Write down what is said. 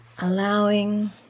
allowing